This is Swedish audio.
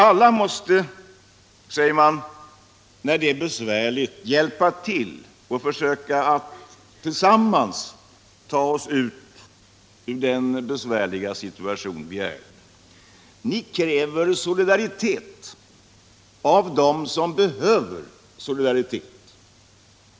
Alla måste vi, säger ni, hjälpa till och försöka att tillsammans ta oss ur den besvärliga situation vi nu är i. Ni kräver solidaritet av dem som behöver solidaritet.